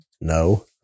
No